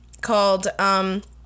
called